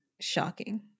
shocking